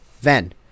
Ven